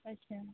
ਅੱਛਾ ਜੀ